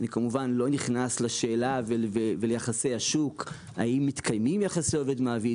אני כמובן לא נכנס לשאלה האם מתקיימים יחסי עובד-מעביד